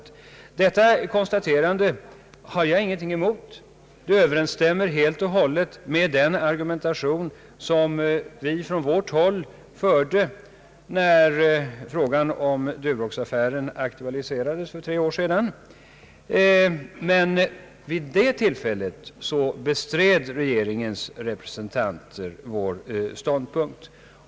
Detta konstaterande har jag ingenting emot. Det överensstämmer helt och hållet med den argumentation som vi anförde när frågan om Duroxaffären aktualiserades för tre år sedan, men vid det tillfället bestred regeringens representanter vår ståndpunkt.